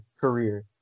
career